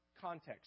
Context